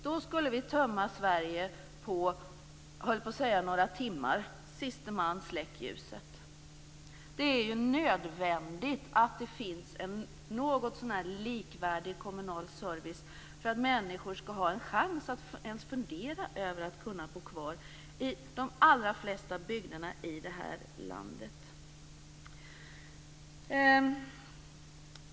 Då skulle vi, höll jag på att säga, tömma Sverige på några timmar. Siste man släcker ljuset. Det är nödvändigt att det finns en någotsånär likvärdig kommunal service för att människor skall ha en chans att ens fundera över att bo kvar i de allra flesta byggnaderna i det här landet.